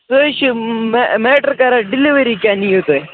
سُہ حظ چھِ میٹر کَران ڈِیلِؤری کیٛاہ نِیِو تُہۍ